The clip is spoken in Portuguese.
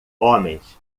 homens